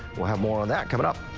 we'll have more on that coming up.